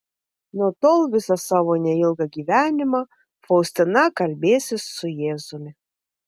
nuo tol visą savo neilgą gyvenimą faustina kalbėsis su jėzumi